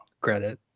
credit